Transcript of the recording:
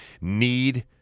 need